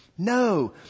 No